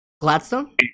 Gladstone